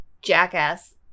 jackass